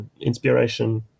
inspiration